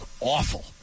awful